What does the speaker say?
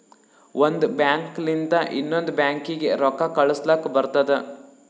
ಒಂದ್ ಬ್ಯಾಂಕ್ ಲಿಂತ ಇನ್ನೊಂದು ಬ್ಯಾಂಕೀಗಿ ರೊಕ್ಕಾ ಕಳುಸ್ಲಕ್ ಬರ್ತುದ